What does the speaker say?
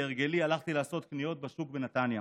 כהרגלי הלכתי לעשות קניות בשוק בנתניה